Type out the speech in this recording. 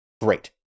great